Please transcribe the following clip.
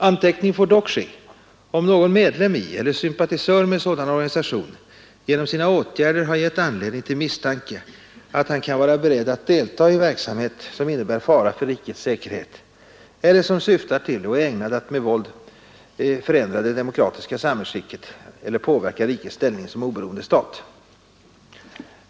Anteckning får dock ske, om någon medlem i eller sympatisör med sådan organisation genom sina åtgärder har givit anledning till misstanke att han kan vara beredd att deltaga i verksamhet som innebär fara för rikets säkerhet eller som syftar till och är ägnad att med våld förändra det demokratiska statsskicket eller påverka rikets ställning som oberoende stat.